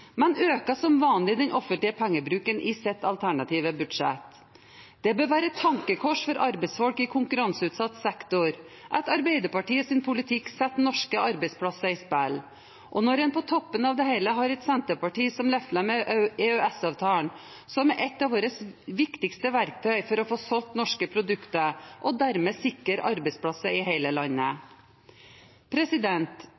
men øker som vanlig den offentlige pengebruken i sitt alternative budsjett. Det bør være et tankekors for arbeidsfolk i konkurranseutsatt sektor at Arbeiderpartiets politikk setter norske arbeidsplasser på spill. Og på toppen av det hele har en et Senterparti som lefler med EØS-avtalen, som er et av våre viktigste verktøy for å få solgt norske produkter og dermed sikre arbeidsplasser i hele